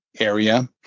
area